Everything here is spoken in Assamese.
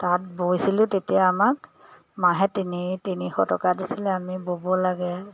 তাত বৈছিলোঁ তেতিয়া আমাক মাহে তিনি তিনিশ টকা দিছিলে আমি বব লাগে